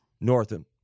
Northam